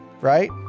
right